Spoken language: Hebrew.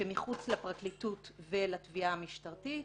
שמחוץ לפרקליטות ולתביעה המשטרתית,